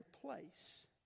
place